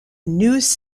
news